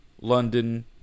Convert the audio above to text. London